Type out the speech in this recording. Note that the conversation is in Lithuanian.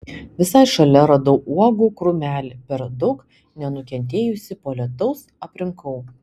visai šalia radau uogų krūmelį per daug nenukentėjusį po lietaus aprinkau